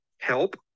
help